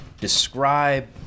describe